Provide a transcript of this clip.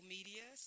Media